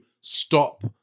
stop